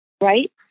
right